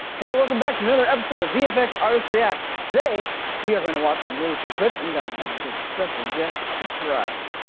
hey, welcome back to another episode of vfx artists reacts. today we are going to watch some really cool clips. and we got an extra special guest surprise.